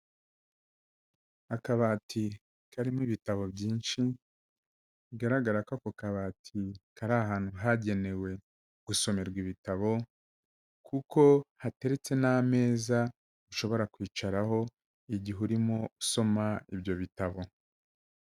Akabati karimo ibitabo byinshi, bigaragara ko ako kabati kari ahantu hagenewe gusomerwa ibitabo kuko hateretse n'ameza ushobora kwicaraho igihe urimo usoma ibyo bitabo.